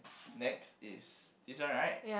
next is this one right